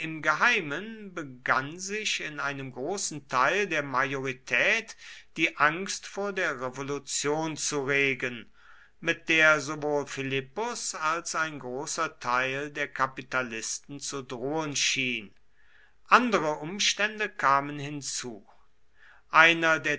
geheimen begann sich in einem großen teil der majorität die angst vor der revolution zu regen mit der sowohl philippus als ein großer teil der kapitalisten zu drohen schien andere umstände kamen hinzu einer der